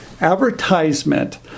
advertisement